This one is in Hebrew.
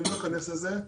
לא אכנס לזה,